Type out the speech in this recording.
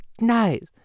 nice